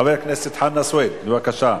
חבר הכנסת חנא סוייד, בבקשה,